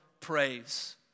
praise